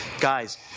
Guys